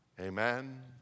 amen